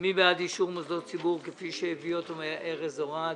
מי בעד אישור מוסדות ציבור כפי שהביא אותם ארז אורעד.